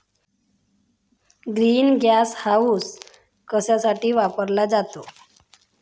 Green gas house tax कशासाठी वापरला जातो?